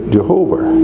Jehovah